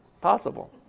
possible